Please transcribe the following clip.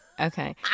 Okay